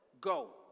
go